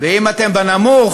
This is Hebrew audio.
ואם אתם בנמוך,